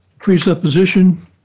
Presupposition